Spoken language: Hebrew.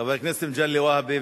חבר הכנסת מגלי והבה,